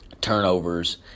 turnovers